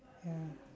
ya